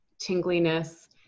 tingliness